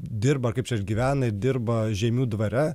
dirba kaip čia gyvena ir dirba žeimių dvare